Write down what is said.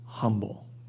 humble